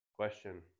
question